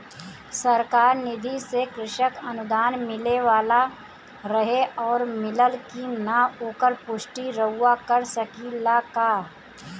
सरकार निधि से कृषक अनुदान मिले वाला रहे और मिलल कि ना ओकर पुष्टि रउवा कर सकी ला का?